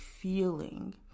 feeling